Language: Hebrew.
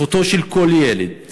זכותו של כל ילד